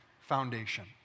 foundation